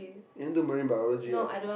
you want do marine biology ah